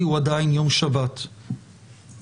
בוא נראה איך זה עובד להם.